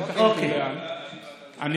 אהיה